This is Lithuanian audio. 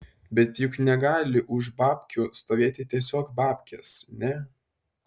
bet juk negali už babkių stovėti tiesiog babkės ne